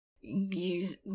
use